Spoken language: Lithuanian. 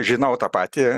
žinau tą patį